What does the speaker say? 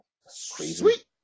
Sweet